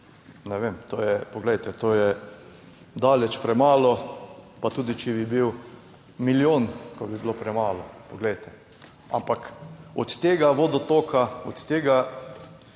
Ne vem, to je, poglejte, to je daleč premalo. Pa tudi če bi bil milijon, pa bi bilo premalo. Poglejte, ampak od tega vodotoka, od tega